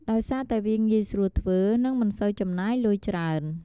ដោយសារតែវាងាយស្រួលធ្វើ និងមិនសូវចំណាយលុយច្រើន។